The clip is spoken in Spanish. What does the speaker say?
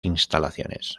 instalaciones